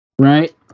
Right